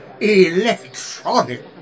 Electronic